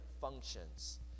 functions